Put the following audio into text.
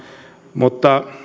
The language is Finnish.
mutta